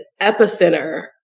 epicenter